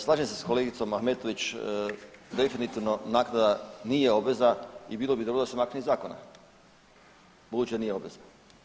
Slažem se s kolegicom Ahmetović, definitivno naknada nije obveza i bilo bi dobro da se makne iz zakona budući da nije obveza.